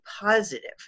positive